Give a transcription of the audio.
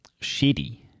shitty